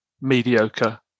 mediocre